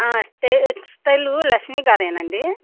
టే టేలర్ లక్ష్మీ గారేనా అండి